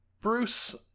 Bruce